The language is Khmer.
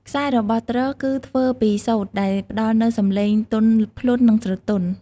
ខ្សែរបស់ទ្រគឺធ្វើពីសូត្រដែលផ្តល់នូវសំឡេងទន់ភ្លន់និងស្រទន់។